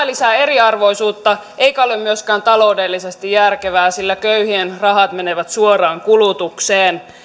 lisää eriarvoisuutta eikä ole myöskään taloudellisesti järkevää sillä köyhien rahat menevät suoraan kulutukseen